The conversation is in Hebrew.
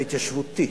ההתיישבותי,